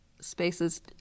spaces